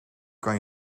kan